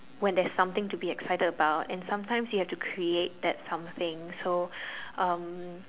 when there's something to be excited about and sometimes you have to create that something so um